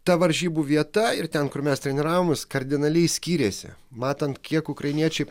ta varžybų vieta ir ten kur mes treniravomės kardinaliai skyrėsi matant kiek ukrainiečiai